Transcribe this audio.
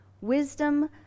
Wisdom